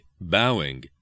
bowing